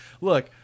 look